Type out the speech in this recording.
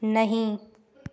नहीं